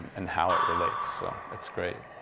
and how it relates, so it's great.